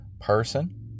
person